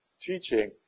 teaching